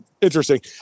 interesting